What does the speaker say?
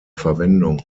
verwendung